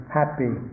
happy